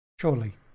Surely